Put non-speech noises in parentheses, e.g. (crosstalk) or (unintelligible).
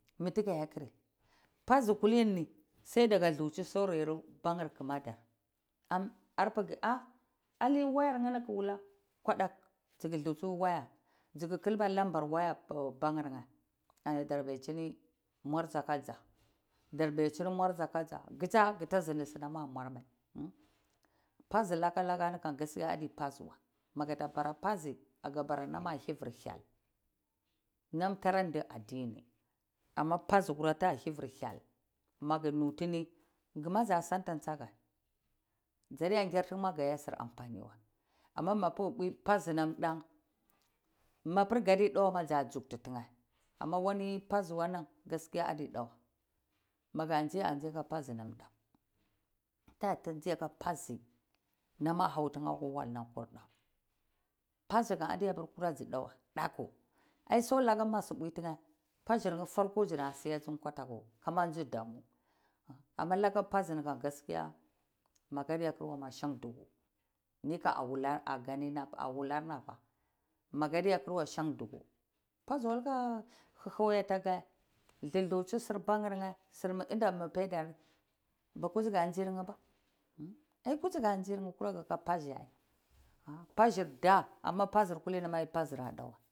Mitika a kri bazi kulinini, sai kasa lusi, bangur kamadar, alai wayarka yiwa kwadak suku thlusi waya tsukur kilbar numbar y waya banqurye an dar baisini muarakassa. Kusa kidisini snam a muarye pasi laka baka ni adi pasiwa makabara paso kake bara nami a hibir hyel, am tra sini adini amma pasi nama kura a hibir hyel maku nuhini zima sa santa zakaye zatedi kirtikwa, amma baku pasinam ta za juktitiye, maka zi kaka zika pasi namta, kakazi a ka pasi nam a hautakye kwa wal kulla, pasikam ade kura tsu daku, so laka ba ju uwe tikye farko zuzazi kataku (unintelligible) kamazu damu, amma laka oasini kam bakade krwa santuku, nikam a wularna shautu tuku pasi luka hawi d ga, ku lusi sur bana inta mini baitari bakusi ka sorkyiba kura ka sikye kura pasi, pasir da amma pasi kulini mituka a kr.